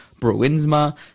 Bruinsma